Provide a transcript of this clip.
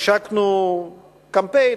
השקנו קמפיין,